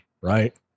right